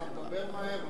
אתה מדבר מהר,